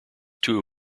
two